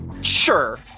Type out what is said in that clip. Sure